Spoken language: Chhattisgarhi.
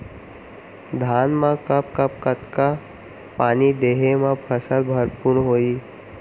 धान मा कब कब कतका पानी देहे मा फसल भरपूर होही?